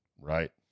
Right